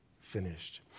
finished